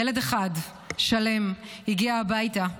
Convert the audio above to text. ילד אחד שלם הגיע הביתה,